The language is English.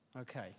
Okay